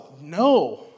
no